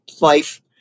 life